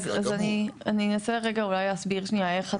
אז אני אנסה רגע אולי להסביר שנייה איך הדברים.